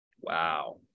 Wow